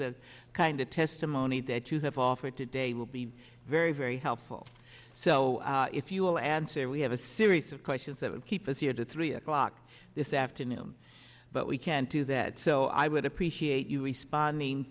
the kind of testimony that you have offered today will be very very helpful so if you will answer we have a series of questions that would keep us here to three o'clock this afternoon but we can't do that so i would appreciate you responding